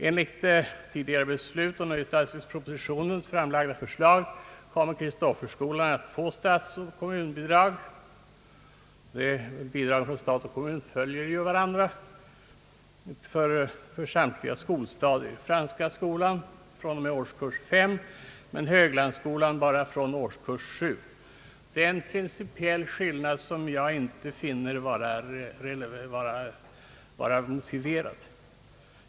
Enligt tidigare beslut och enligt nu i statsverkspropositionen framlagt förslag kommer Kristofferskolan att åtnjuta statsoch kommunbidrag — bidragen från stat och kommun följer ju varandra — för samtliga skolstadier, Franska skolan fr.o.m. årskurs 5, men Höglandsskolan endast fr.o.m. årskurs 7. Det är en principiell skillnad som jag inte finner motiverad.